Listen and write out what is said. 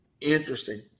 Interesting